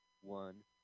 one